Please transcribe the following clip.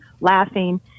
laughing